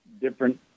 different